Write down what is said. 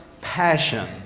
passion